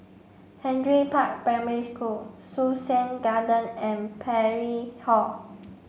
Henry Park Primary School Sussex Garden and Parry Hall